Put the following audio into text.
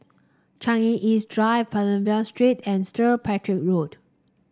Changi East Drive Pavilion Street and stir Patrick Road